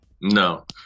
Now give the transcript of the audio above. No